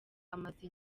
amaze